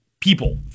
people